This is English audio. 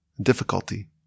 difficulty